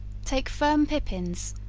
take firm pippins,